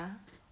ya